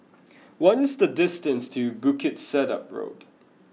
what is the distance to Bukit Sedap Road